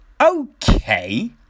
Okay